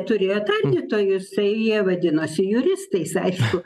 turėjo tardytojus tai jie vadinosi juristais aišku